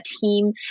team